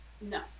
No